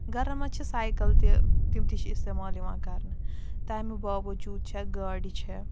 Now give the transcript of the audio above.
گَرَن منٛز چھِ سایکَل تہِ تِم تہِ چھِ اِستعمال یِوان کَرنہٕ تَمہِ باوَجوٗد چھےٚ گاڑِ چھےٚ